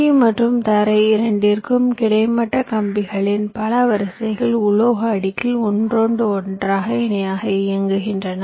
D மற்றும் தரை இரண்டிற்கும் கிடைமட்ட கம்பிகளின் பல வரிசைகள் உலோக அடுக்கில் ஒன்றோடு ஒன்று இணையாக இயங்குகின்றன